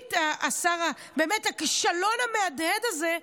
החליט השר הבאמת-כישלון המהדהד הזה,